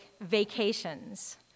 vacations